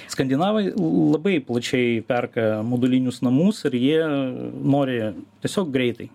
skandinavai labai plačiai perka modulinius namus ir jie nori tiesiog greitai